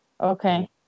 okay